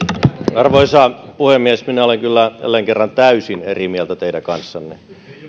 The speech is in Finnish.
arvoisa puhemies minä olen kyllä jälleen kerran täysin eri mieltä teidän kanssanne minä olen